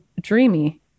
dreamy